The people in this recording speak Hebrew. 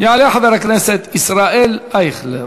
יעלה חבר הכנסת ישראל אייכלר,